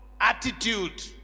attitude